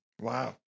Wow